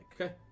Okay